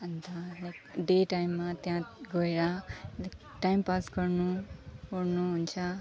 अन्त like day टाइममा त्यहाँ गएर लाइक टाइम पास गर्नु ओर्नु हुन्छ